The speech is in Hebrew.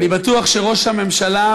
אני בטוח שראש הממשלה,